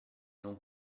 non